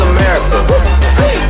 America